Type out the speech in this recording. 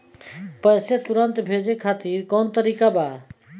पैसे तुरंत भेजे खातिर कौन तरीका बा?